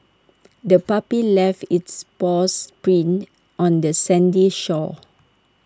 the puppy left its paw sprints on the sandy shore